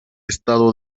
estado